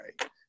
right